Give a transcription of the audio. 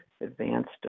advanced